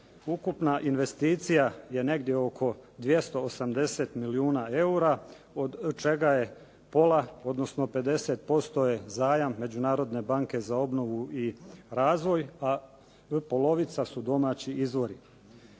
ukupna investicija je negdje oko 280 milijuna eura. Od čega je pola, odnosno 50% je zajam Međunarodne banke za obnovu i razvoj, a polovica su domaći izvori.